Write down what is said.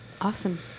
Awesome